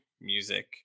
music